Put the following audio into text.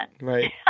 Right